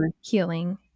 healing